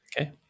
Okay